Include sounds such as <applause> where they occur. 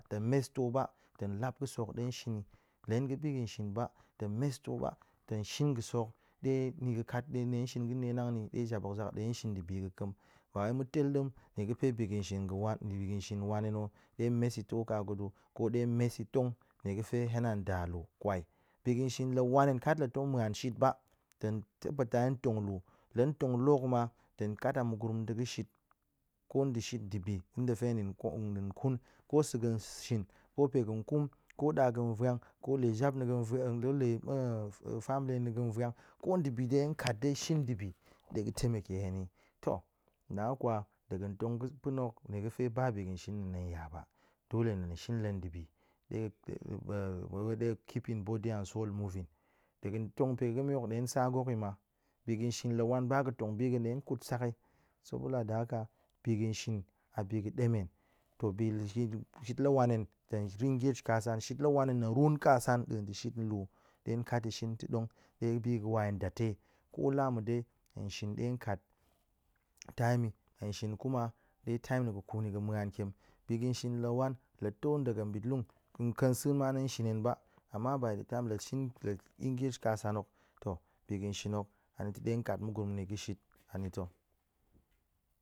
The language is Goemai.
Tong mes to ba tong lap ga̱sek hok ɗe shin yi la hen ga̱ bi ga̱n ba tong mes to ba tong shin ga̱sek hok, ɗe ni ga̱ kat ni ɗe shin ga̱ ɗe nang na̱ yi ɗe jap hok zak ɗe shin dibi ga̱ ƙem, ba wai mu tel ɗem nie ga̱fe bi ga̱n shin ga̱ wan ndibi ga̱n shin wan hen na̱ ɗe mes i to ka godo ko ɗe mes si tong nie ga̱fe hen a nda lu, kwai. Bi ga̱n shin la wan hen kat la tong muan shit ba, tong tabata hen tong lu, lan tong lu ma, tong ƙat a mu gurum na̱ ta̱ ga̱ shit, ko ndi shit ndibi <unintelligible> din kum, ko sa̱ ga̱n sh-shin, ko pae ga̱n kum, ko ɗa ga̱n vwang, ko le jap na̱ ga̱n vwa-ng fanily na̱ ga̱n vwang, ko ndibi dai hen kat dai shin ndibi ɗe ga̱ taimake hen ni, to na kwa ɗe ga̱n tong ga̱ pa̱na̱ hok nie ga̱fe ba bi ga̱n shin ne ya ba, dole hen ne shin la dibi ɗe <hesitation> keeping body and soul moving. Ɗe ga̱n tong pae ga̱me ɗe sa gok yi ma, bi ga̱ shin la wan ba ga̱ tong bi ga̱ ɗe kut sak yi, sobilada haka, bi ga̱n shin a bi ga̱ ɗemen. To bi <unintelligible> shit la wan hen tong re-engage kasan, shit la wan hen tong run kaꜱan ɗa̱a̱n d'e shit nlu ɗe kat ta̱ shin ta̱ dong ɗe bi ga̱ wan yi ndate, kolamu dai, hen shin ɗe kat time yi, hen shin kuma ɗe time na̱ ga̱ kun ni ga̱ muan tiam, bi ga̱n shin la wan, la to dagang bit lun, nƙa̱nsa̱a̱n ma tong shin hen ba, ama by the time la shin la engage kasan hok, to bi ga̱n shin nok anita̱ ɗe ƙat mu gurum na̱ ga̱ shit anita̱.